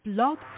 Blog